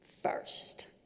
First